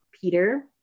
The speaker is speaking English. peter